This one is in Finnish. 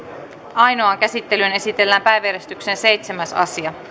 ainoaan käsittelyyn esitellään päiväjärjestyksen seitsemäs asia